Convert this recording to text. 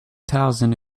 thousand